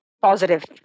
positive